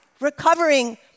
recovering